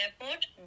airport